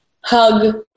hug